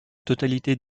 totalité